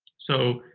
so,